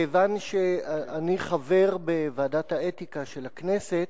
כיוון שאני חבר בוועדת האתיקה של הכנסת,